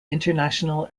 international